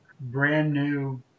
brand-new